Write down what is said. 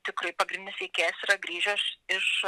tikrai pagrindinis veikėjas yra grįžęs iš